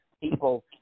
people